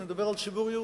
אני מדבר על ציבור יהודי.